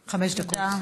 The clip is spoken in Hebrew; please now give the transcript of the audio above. תודה,